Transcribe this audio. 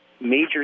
major